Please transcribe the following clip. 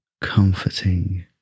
comforting